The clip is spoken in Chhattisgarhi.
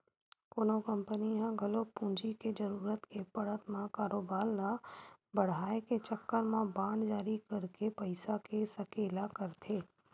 कोनो कंपनी ह घलो पूंजी के जरुरत के पड़त म कारोबार ल बड़हाय के चक्कर म बांड जारी करके पइसा के सकेला करथे